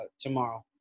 tomorrow